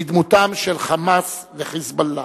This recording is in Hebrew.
בדמותם של "חמאס" ו"חיזבאללה".